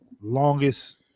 longest